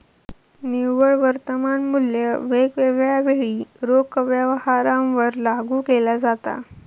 निव्वळ वर्तमान मुल्य वेगवेगळ्या वेळी रोख व्यवहारांवर लागू केला जाता